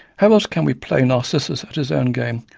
how else can we play narcissus at his own game,